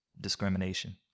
discrimination